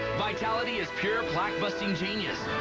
vitality is pure plaque busting genius.